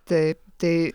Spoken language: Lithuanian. taip tai